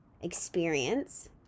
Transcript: experience